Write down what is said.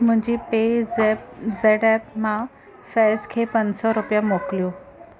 मुंहिंजी पे ज़ैप्प मां फैज़ खे पंज सौ रुपया मोकिलियो